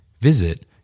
Visit